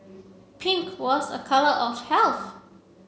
pink was a colour of health